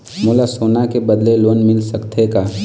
मोला सोना के बदले लोन मिल सकथे का?